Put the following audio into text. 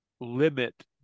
limit